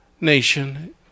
nation